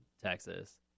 Texas